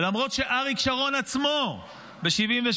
ולמרות שאריק שרון עצמו ב-1973,